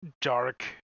dark